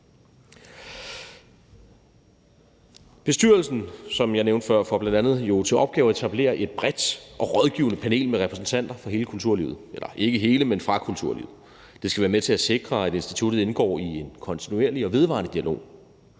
Bestyrelsen får, som jeg nævnte før, bl.a. til opgave at etablere et bredt og rådgivende panel med repræsentanter fra kulturlivet. Det skal være med til at sikre, at instituttet indgår i en kontinuerlig og vedvarende dialog